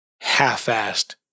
half-assed